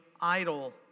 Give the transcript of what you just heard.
idle